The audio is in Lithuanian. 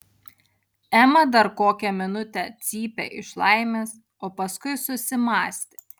ema dar kokią minutę cypė iš laimės o paskui susimąstė